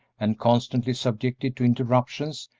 and constantly subjected to interruptions,